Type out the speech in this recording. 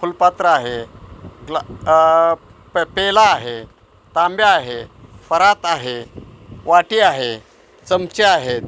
फुलपात्र आहे ग्ला प पेला आहे तांब्या आहे परात आहे वाटी आहे चमचे आहेत